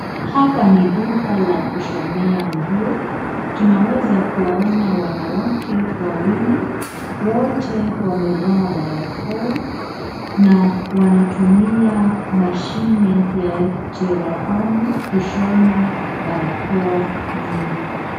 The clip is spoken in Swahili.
Hapa ni duka la kushonea nguo. Tunaweza kuwaona wanawake wawili, wote wamevaa barakoa na wanatumia mashine ya cherehani kushona barakoa nyingi.